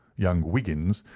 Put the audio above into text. young wiggins,